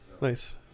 Nice